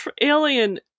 alien